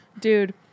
dude